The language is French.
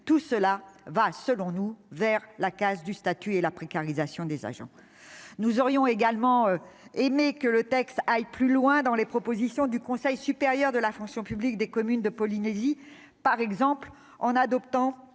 Tout cela va, selon nous, vers une casse du statut et une précarisation des agents. Nous aurions également aimé que le texte aille plus loin dans la reprise des propositions du Conseil supérieur de la fonction publique des communes de la Polynésie française, par exemple en adoptant